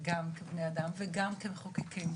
גם כבני אדם וגם כמחוקקים.